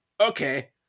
okay